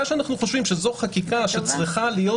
שאנו חושבים שזו חקיקה שצריכה להיות